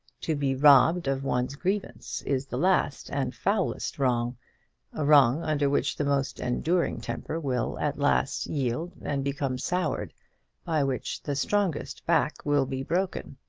to be robbed of one's grievance is the last and foulest wrong a wrong under which the most enduring temper will at last yield and become soured by which the strongest back will be broken.